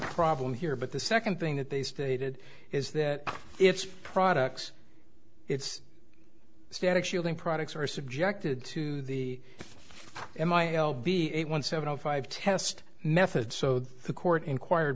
problem here but the second thing that they stated is that it's products it's static shielding products are subjected to the m i l b eight one seven zero five test method so the court inquire